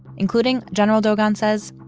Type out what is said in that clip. including general dogon says,